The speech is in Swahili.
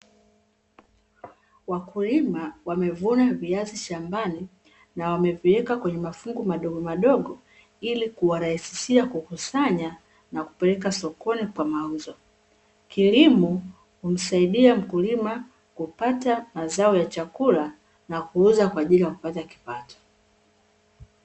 Wakulima wamevuna viazi shambani na wameviweka kwenye mafungu madogomadogo ili kuwarahisishia kukusanya, na kupeleka sokoni kwa mauzo. Kilimo humsaidia mkulima kupata mazao ya chakula na kuuza kwa ajili ya kupata kipato.